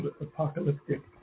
apocalyptic